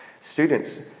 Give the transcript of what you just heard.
Students